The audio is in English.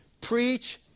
preach